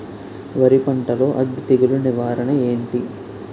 వరి పంటలో అగ్గి తెగులు నివారణ ఏంటి?